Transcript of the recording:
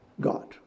God